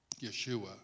yeshua